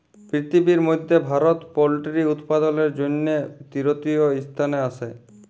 পিরথিবির ম্যধে ভারত পোলটিরি উৎপাদনের জ্যনহে তীরতীয় ইসথানে আসে